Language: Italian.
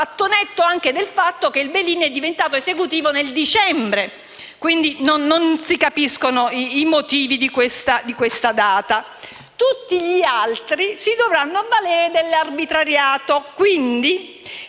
il *bail in* è diventato esecutivo nel dicembre. Non si capiscono quindi i motivi di questa data. Tutti gli altri si dovranno avvalere dell'arbitrato.